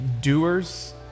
doers